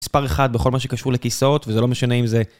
מספר אחד בכל מה שקשור לכיסאות, וזה לא משנה אם זה...